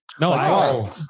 No